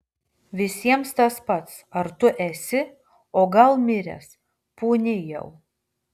visiems tas pats ar tu esi o gal miręs pūni jau